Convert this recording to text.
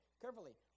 carefully